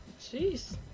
Jeez